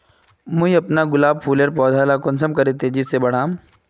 मुई अपना गुलाब फूलेर पौधा ला कुंसम करे तेजी से बढ़ाम?